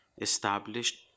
established